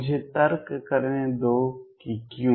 मुझे तर्क करने दो कि क्यों